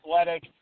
Athletic